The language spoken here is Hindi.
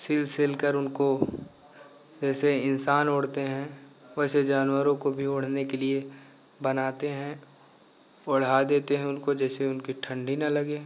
सिल सिलकर उनको जैसे इन्सान ओढ़ते हैं वैसे जानवरों को भी ओढ़ने के लिए बनाते हैं ओढ़ा देते हैं उनको जैसे उनको ठंडी ना लगे